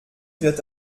wird